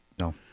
No